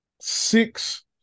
six